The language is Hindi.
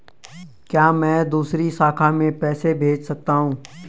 क्या मैं दूसरी शाखा में पैसे भेज सकता हूँ?